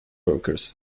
workers